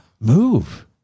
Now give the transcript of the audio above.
Move